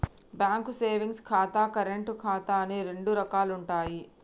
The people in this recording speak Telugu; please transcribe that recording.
బ్యేంకు సేవింగ్స్ ఖాతా, కరెంటు ఖాతా అని రెండు రకాలుంటయ్యి